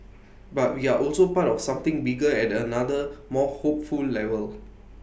but we are also part of something bigger at another more hopeful level